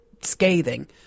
scathing